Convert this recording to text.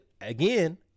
again